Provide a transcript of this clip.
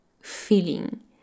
feeling